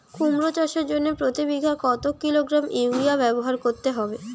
কুমড়ো চাষের জন্য প্রতি বিঘা কত কিলোগ্রাম ইউরিয়া ব্যবহার করতে হবে?